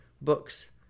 books